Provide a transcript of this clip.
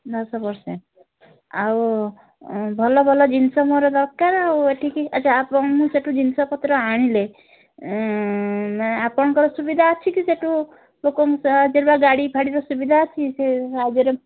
ଦଶ ପର୍ସେଣ୍ଟ୍ ଆଉ ଭଲ ଭଲ ଜିନିଷ ମୋର ଦରକାର ଆଉ ଏଠିକୁ ଆଚ୍ଛା ଆପଣଙ୍କଠୁ ମୁଁ ସେଇଠୁ ଜିନିଷ ପତ୍ର ଆଣିଲେ ଆପଣଙ୍କର ଅସୁବିଧା ଅଛି କି ସେଇଠୁ ଲୋକଙ୍କ ଯିବା ଗାଡ଼ି ଫାଡ଼ିର ସୁବିଧା ଅଛି ସେ ସାହାଯ୍ୟରେ